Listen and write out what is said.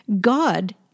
God